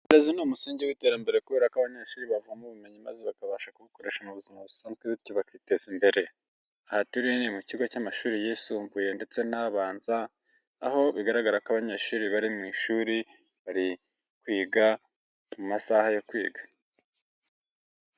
Uburezi ni umusingi w'iterambere kubera ko abanyeshuri bavoma ubumenyi maze bakabasha kubukoresha mu buzima busanzwe bityo bakiteza imbere. Aha turi ni mu kigo cy'amashuri yisumbuye ndetse n'abanza, aho bigaragara ko abanyeshuri bari mu ishuri, bari kwiga, turi mumasaha yo kwiga.